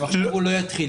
אם עכשיו הוא לא יתחיל,